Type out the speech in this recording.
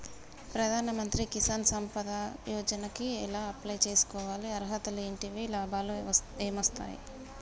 ప్రధాన మంత్రి కిసాన్ సంపద యోజన కి ఎలా అప్లయ్ చేసుకోవాలి? అర్హతలు ఏంటివి? లాభాలు ఏమొస్తాయి?